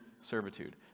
servitude